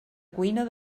cuina